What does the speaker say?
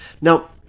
now